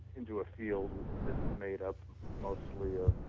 into a field that's made up mostly of